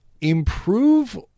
improve